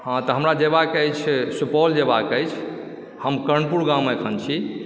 हँ तऽ हमरा जेबाक अछि सुपौल जेबाक अछि हम कर्णपुर गाममे एखन छी